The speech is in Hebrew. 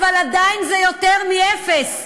אבל עדיין זה יותר מאפס.